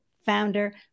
founder